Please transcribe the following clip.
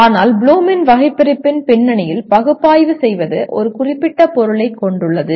ஆனால் ப்ளூமின் வகைபிரிப்பின் பின்னணியில் பகுப்பாய்வு செய்வது ஒரு குறிப்பிட்ட பொருளைக் கொண்டுள்ளது